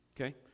Okay